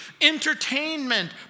entertainment